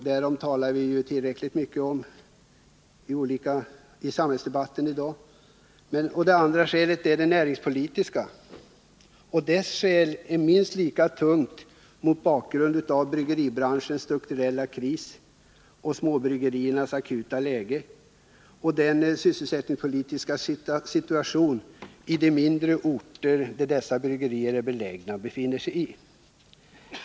Därom talar vi tillräckligt mycket i samhällsdebatten i dag. Det andra skälet är det näringspolitiska. Det väger minst lika tungt, mot bakgrund av bryggeribranschens strukturella kris, småbryggeriernas akuta läge och den sysselsättningspolitiska situationen i de mindre orter där dessa bryggerier är belägna.